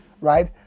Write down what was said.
right